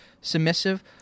submissive